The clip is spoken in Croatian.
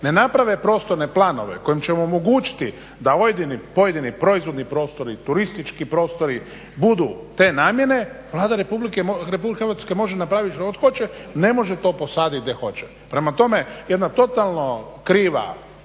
ne naprave prostorne planove kojim ćemo omogućiti da pojedini proizvodni prostori, turistički prostori budu te namjene Vlada Republike Hrvatske može napraviti što god hoće ne može to posaditi gdje hoće. Prema tome, jedna totalno kriva